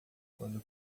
quando